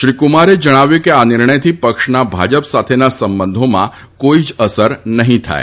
શ્રી કુમારે જણાવ્યું કે આ નિર્ણયથી પક્ષના ભાજપ સાથેના સંબંધોમાં કોઇ જ અસર નહીં થાય